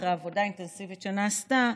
אחרי עבודה אינטנסיבית שנעשתה,